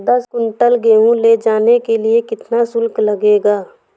दस कुंटल गेहूँ ले जाने के लिए कितना शुल्क लगेगा?